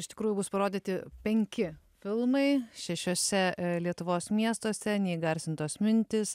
iš tikrųjų bus parodyti penki filmai šešiuose lietuvos miestuose neįgarsintos mintys